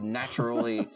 naturally